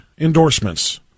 endorsements